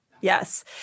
Yes